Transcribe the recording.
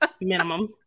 Minimum